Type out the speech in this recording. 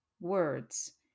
words